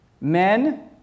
men